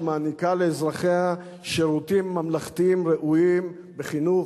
שמעניקה לאזרחיה שירותים ממלכתיים ראויים בחינוך,